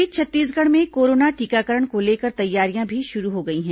इस बीच छत्तीसगढ़ में कोरोना टीकाकरण को लेकर तैयारियां भी शुरू हो गई हैं